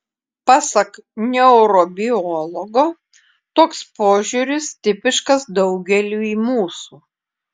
pasak neurobiologo toks požiūris tipiškas daugeliui mūsų